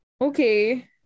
Okay